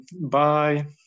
Bye